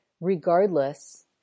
regardless